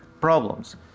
problems